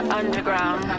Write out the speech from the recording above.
underground